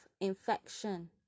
infection